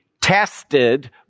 tested